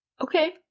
Okay